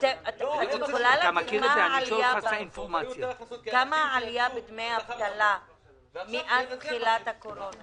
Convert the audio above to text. יכולה להגיד מהי ההערכה לגבי העלייה בדמי אבטלה מתחילת הקורונה